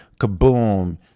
kaboom